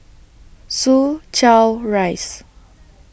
Soo Chow Rise